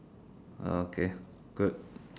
okay good